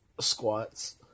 squats